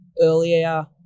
earlier